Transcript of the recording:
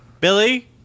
Billy